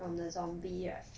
from the zombie right